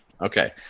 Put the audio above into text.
Okay